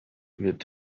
wird